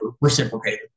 reciprocated